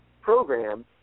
program